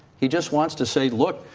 he just wants to say look,